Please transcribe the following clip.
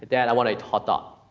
dad i want a hot dog.